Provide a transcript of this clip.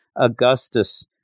Augustus